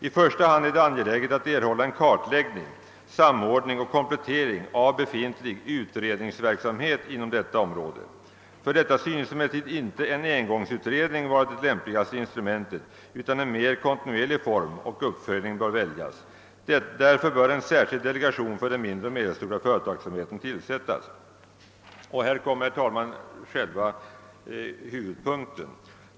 I första hand är det angeläget att erhålla en kartläggning, samordning och komplettering av befintlig utredningsverksamhet inom detta område. För detta synes emellertid inte en engångsutredning vara det lämpligaste instrumentet, utan en mer kontinuerlig form av uppföljning bör väljas. Därför bör en särskild delegation för den mindre och medelstora företagsamheten tillsättas.